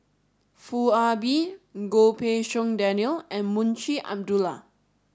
Foo Ah Bee Goh Pei Siong Daniel and Munshi Abdullah